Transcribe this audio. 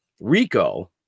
Rico